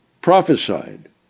Prophesied